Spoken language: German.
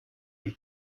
die